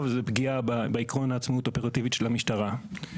זה פגיעה בעיקרון העצמאות האופרטיבית של המשטרה.